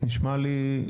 נשמע לי.